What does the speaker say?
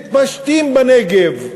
מתפשטים בנגב,